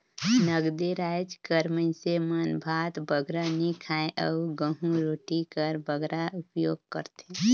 नगदे राएज कर मइनसे मन भात बगरा नी खाएं अउ गहूँ रोटी कर बगरा उपियोग करथे